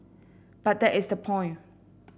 but that is the point